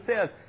says